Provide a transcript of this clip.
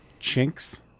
Chinks